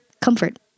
comfort